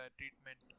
treatment